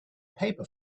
paper